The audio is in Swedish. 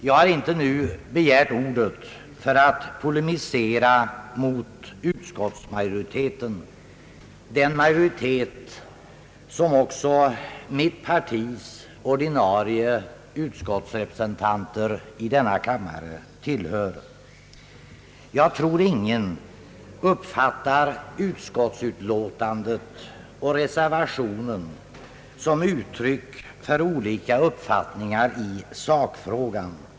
Jag har inte begärt ordet för att polemisera emot utskottsmajoriteten, den majoritet som också mitt partis ordinarie utskottsrepresentanter i denna kammare tillhör. Jag tror ingen uppfattar utskottsutlåtandet och reservationen som uttryck för olika uppfattningar i sakfrågan.